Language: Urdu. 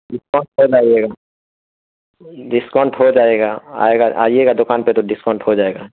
ڈسکاؤنٹ ہو جائے گا ڈسکاؤنٹ ہو جائے گا آئے گا آئیے گا دوکان پہ تو ڈسکاؤنٹ ہو جائے گا